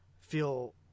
feel